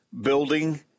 building